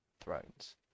thrones